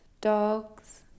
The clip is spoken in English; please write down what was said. Dogs